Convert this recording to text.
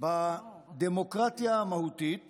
בדמוקרטיה המהותית